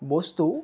বস্তু